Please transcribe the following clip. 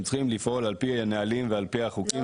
שהם צריכים לפעול על פי הנהלים ועל פי החוקים,